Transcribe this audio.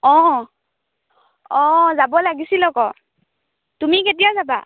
অঁ অঁ যাব লাগিছিল আকৌ তুমি কেতিয়া যাবা